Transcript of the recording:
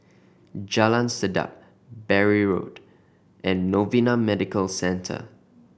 Jalan Sedap Bury Road and Novena Medical Centre